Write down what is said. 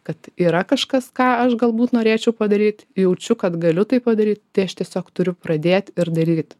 kad yra kažkas ką aš galbūt norėčiau padaryt jaučiu kad galiu tai padaryt tai aš tiesiog turiu pradėt ir daryt